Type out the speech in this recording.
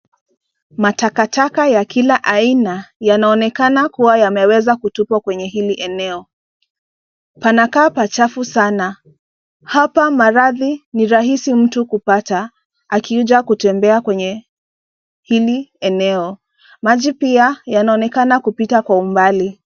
Matakataka ya kila aina yanaonekana kua yameweza kutupwa kwenye hili eneo. Panakaa pachafu sana. Hapa maradhi ni rahisi mtu kupata akija kutembea kwenye hili eneo. Maji pia yanaonekana kupita kwa umbali.